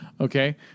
Okay